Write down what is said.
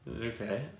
Okay